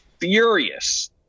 furious